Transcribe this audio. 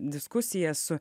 diskusija su